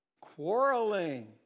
Quarreling